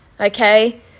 Okay